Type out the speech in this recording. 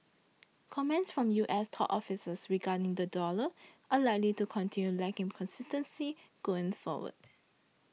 comments from U S top officials regarding the dollar are likely to continue lacking consistency going forward